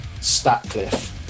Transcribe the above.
Statcliffe